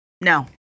No